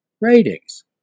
Ratings